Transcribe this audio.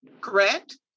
correct